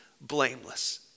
blameless